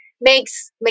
makes